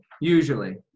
Usually